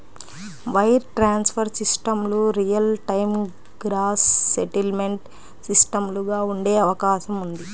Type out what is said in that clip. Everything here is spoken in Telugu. వైర్ ట్రాన్స్ఫర్ సిస్టమ్లు రియల్ టైమ్ గ్రాస్ సెటిల్మెంట్ సిస్టమ్లుగా ఉండే అవకాశం ఉంది